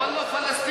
כן, אבל לא פלסטיני.